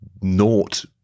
Naught